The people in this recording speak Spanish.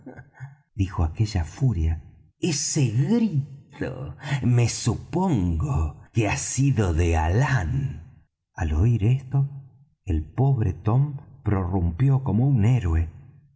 dijo aquella furia ese grito me supongo que ha sido de alán al oir esto el pobre tom prorrumpió como un héroe